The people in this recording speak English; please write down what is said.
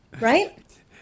Right